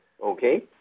Okay